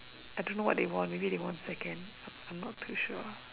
I don't know what they won maybe they won second I am not too sure